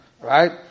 right